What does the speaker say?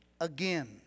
again